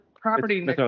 property